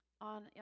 on